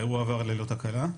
האירוע עבר ללא תקלה.